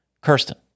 Kirsten